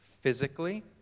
physically